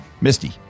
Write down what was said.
Misty